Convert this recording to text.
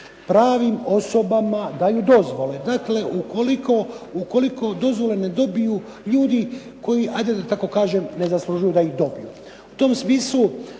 pravim osobama daju dozvole, dakle ukoliko dozvole ne dobiju ljudi koji ajde da tako kažem ne zaslužuju da ih dobiju. U tom smislu